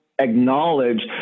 acknowledge